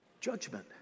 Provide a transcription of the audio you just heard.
judgment